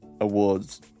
awards